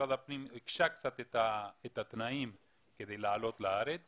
משרד הפנים הקשה קצת את התנאים כדי לעלות לארץ